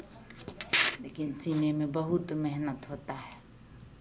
लेकिन सिलने में बहुत मेहनत होता है